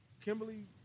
Kimberly